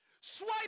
Swipe